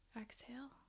Exhale